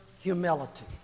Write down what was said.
humility